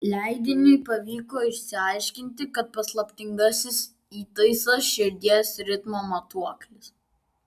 leidiniui pavyko išsiaiškinti kad paslaptingasis įtaisas širdies ritmo matuoklis